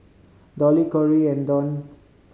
Dolly Kory and Dawn